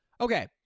Okay